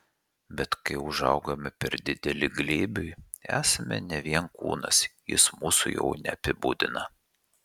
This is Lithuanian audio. bet kai užaugame per dideli glėbiui esame ne vien kūnas jis mūsų jau neapibūdina